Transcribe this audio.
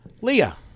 Leah